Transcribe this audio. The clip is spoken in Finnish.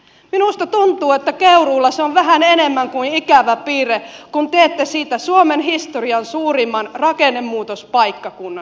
minusta tuntuu että keuruulla se on vähän enemmän kuin ikävä piirre kun teette siitä suomen historian suurimman rakennemuutospaikkakunnan